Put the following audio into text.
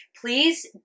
Please